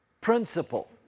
principle